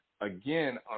again